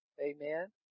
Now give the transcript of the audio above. amen